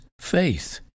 faith